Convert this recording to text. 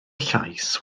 llais